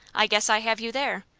i guess i have you there!